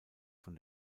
von